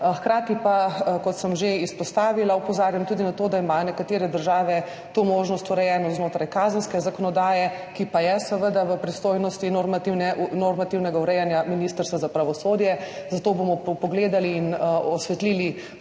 Hkrati pa, kot sem že izpostavila, opozarjam tudi na to, da imajo nekatere države to možnost urejeno znotraj kazenske zakonodaje, ki pa je seveda v pristojnosti normativnega urejanja Ministrstva za pravosodje. Zato bomo pogledali in osvetlili tudi te možnosti,